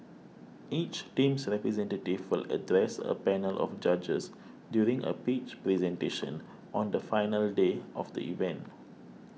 each team's representative will address a panel of judges during a pitch presentation on the final day of the event